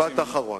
משפט אחרון.